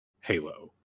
halo